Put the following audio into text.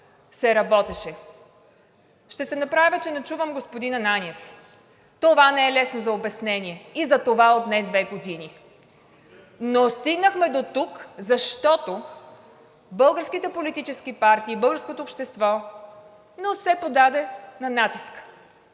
се работеше. Ще се направя, че не чувам господин Ананиев – това не е лесно за обяснение, затова отне две години. Стигнахме дотук, защото българските политически партии, българското общество не се поддаде на натиска